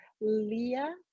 Leah